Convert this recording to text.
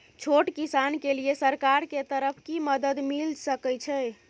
छोट किसान के लिए सरकार के तरफ कि मदद मिल सके छै?